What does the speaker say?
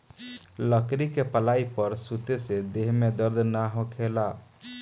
लकड़ी के पलाई पर सुते से देह में दर्द ना होखेला